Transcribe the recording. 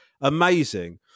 amazing